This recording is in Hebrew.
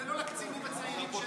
זה לא לקצינים הצעירים,